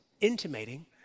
intimating